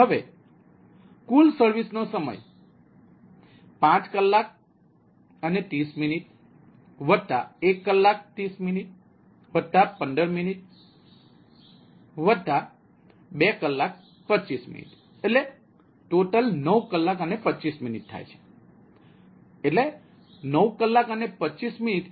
હવે કુલ સર્વિસનો સમય 5 કલાક અને 30 મિનિટ 1 કલાક 30 મિનિટ 15 મિનિટ 2 કલાક 25 મિનિટ 9 કલાક 25 મિનિટ